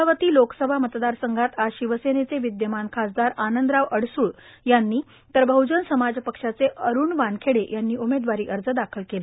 अमरावती लोकसभा मतदार संघात आज शिवसेनेचे विद्यमान खासदार आनंदराव अडसूळ यांनी तर बहजन समाज पक्षाचे अरूण वानखेडे यांनी उमेदवारी अर्ज दाखल केले